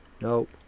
Nope